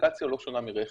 אפליקציה לא שונה מרכב.